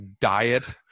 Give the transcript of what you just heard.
diet